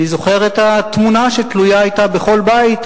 אני זוכר את התמונה שהיתה תלויה בכל בית,